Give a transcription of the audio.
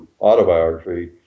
autobiography